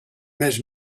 més